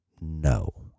No